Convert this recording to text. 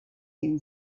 him